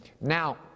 Now